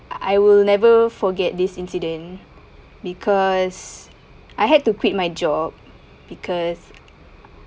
I will never forget this incident because I had to quit my job because